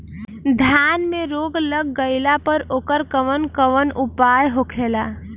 धान में रोग लग गईला पर उकर कवन कवन उपाय होखेला?